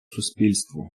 суспільству